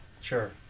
Sure